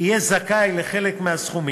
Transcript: יהיה זכאי לחלק מהסכומים,